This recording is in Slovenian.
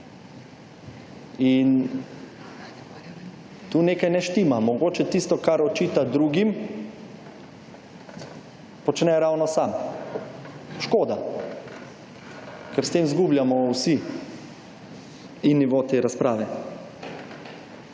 In tu nekaj ne štima. Mogoče tisto, kar očita drugim, počne ravno sam. Škoda, ker s tem zgubljamo vsi. In nivo te razprave.